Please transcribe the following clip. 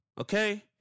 Okay